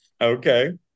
Okay